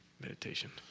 meditation